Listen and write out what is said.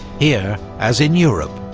here, as in europe,